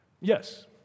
Yes